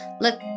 look